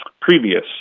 previous